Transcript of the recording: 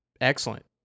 excellent